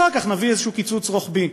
אחר כך נביא איזשהו קיצוץ רוחבי.